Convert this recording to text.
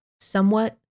somewhat